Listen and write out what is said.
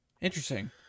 Interesting